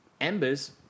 embers